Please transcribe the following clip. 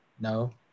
no